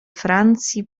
francji